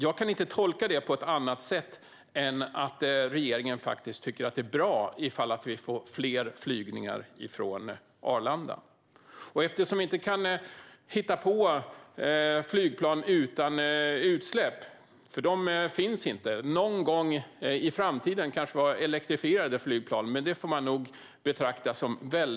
Jag kan inte tolka det på annat sätt än att regeringen tycker att det är bra om vi får fler flygningar från Arlanda. Skulle antalet flygningar från Arlanda fördubblas eller till och med tredubblas får vi också kraftigt växande utsläpp eftersom vi inte kan hitta flygplan utan utsläpp, för sådana finns ju inte.